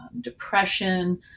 Depression